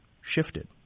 shifted